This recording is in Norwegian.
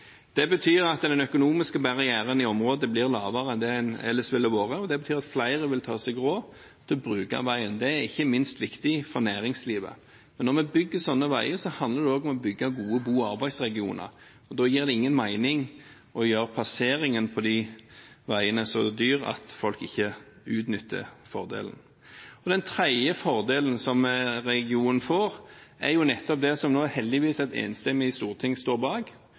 Det betyr at den økonomiske barrieren i området blir lavere enn den ellers ville vært, og det betyr at flere vil ta seg råd til å bruke veien. Det er ikke minst viktig for næringslivet. Når vi bygger slike veier, handler det også om å bygge gode bo- og arbeidsregioner. Da gir det ingen mening å gjøre passeringen på de veiene så dyr at folk ikke utnytter fordelen. Den tredje fordelen regionen får, er nettopp det som et enstemmig storting nå heldigvis står bak,